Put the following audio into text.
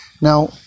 Now